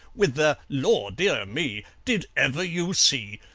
with their law, dear me! did ever you see?